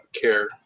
care